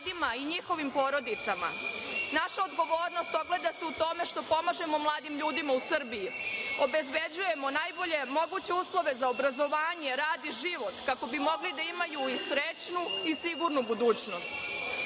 i njihovim porodicama. Naša odgovornost ogleda se u tome što pomažemo mladim ljudima u Srbiji, obezbeđujemo najbolje moguće uslove za obrazovanje, rad i život kako bi mogli da imaju i srećnu i sigurnu budućnost. Predloženi